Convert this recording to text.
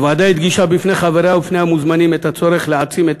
הוועדה הדגישה בפני חבריה ובפני המוזמנים את הצורך להעצים את